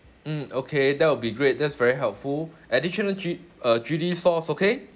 mm okay that will be great that's very helpful additional chi~ uh chili sauce okay